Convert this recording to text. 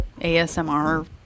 ASMR